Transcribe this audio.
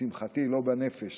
ולשמחתי לא בנפש